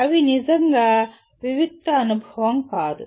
అవి నిజంగా వివిక్త అనుభవం కాదు